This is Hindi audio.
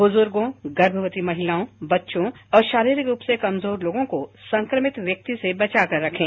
ब्जुर्गों गर्भवती महिलाओं बच्चों और शारीरिक रूप से कमजोर लोगों को संक्रमित व्यक्ति से बचाकर रखें